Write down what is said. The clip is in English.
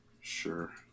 Sure